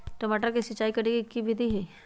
टमाटर में सिचाई करे के की विधि हई?